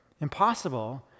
Impossible